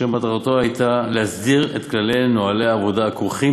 שמטרתו הייתה להסדיר את כלל נוהלי העבודה הכרוכים